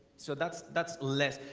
so that's that's less.